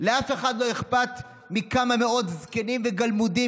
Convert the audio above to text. לאף אחד לא אכפת מכמה מאות זקנים וגלמודים,